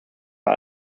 are